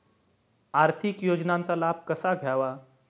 आर्थिक योजनांचा लाभ कसा घ्यावा?